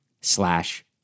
slash